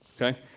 okay